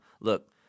Look